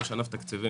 ראש ענף תקציבים,